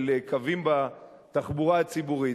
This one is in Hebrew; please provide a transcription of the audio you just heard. של קווים בתחבורה הציבורית.